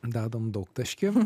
dedam daugtaškį